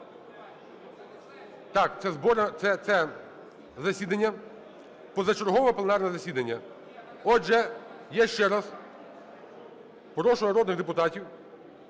Так, це засідання – позачергове пленарне засідання. Отже, я ще раз прошу народних депутатів